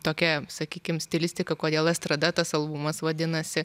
tokia sakykim stilistika kodėl estrada tas albumas vadinasi